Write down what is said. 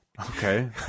okay